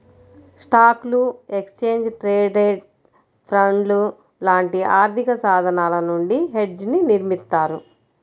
స్టాక్లు, exchange traded ఫండ్లు లాంటి ఆర్థికసాధనాల నుండి హెడ్జ్ని నిర్మిత్తారు